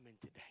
today